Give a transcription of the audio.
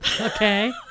okay